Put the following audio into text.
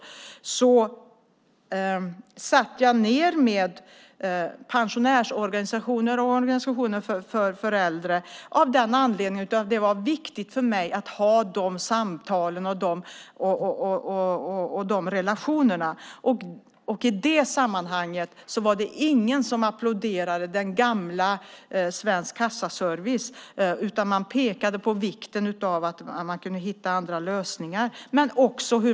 Jag satt då ned med pensionärsorganisationer och organisationer för äldre av den anledningen att det var viktigt för mig att ha de samtalen och de relationerna. I det sammanhanget var det ingen som applåderade den gamla Svensk Kassaservice, utan man pekade på vikten av att hitta andra lösningar.